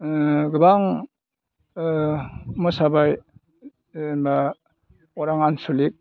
गोबां मोसाबाय जेनेबा अरां आनसलिक